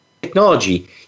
technology